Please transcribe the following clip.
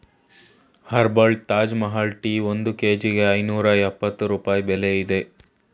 herbal Taj Mahal tea ಒಂದ್ ಕೇಜಿಗೆ ಐನೂರ್ಯಪ್ಪತ್ತು ರೂಪಾಯಿ ಬೆಲೆ ಅಯ್ತೇ